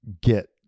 get